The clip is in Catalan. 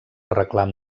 reclam